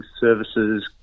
services